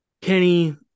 Kenny